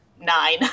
nine